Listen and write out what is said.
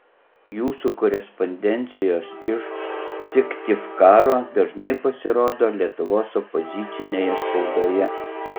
jūsų korespondencijos iš syktyvkaro dažnai pasirodo lietuvos opozicinėje spaudoje